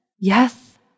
Yes